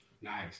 Nice